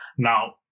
Now